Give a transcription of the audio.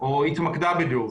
או התמקדה בדיור.